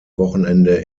wochenende